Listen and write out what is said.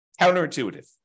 Counterintuitive